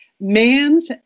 man's